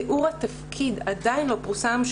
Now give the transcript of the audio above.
תיאור התפקיד עדיין לא פורסם.